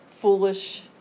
foolish